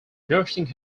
nursing